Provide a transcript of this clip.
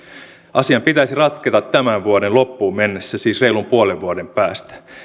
asian pitäisi ratketa tämän vuoden loppuun mennessä siis reilun puolen vuoden päästä